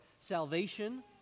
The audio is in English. salvation